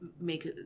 make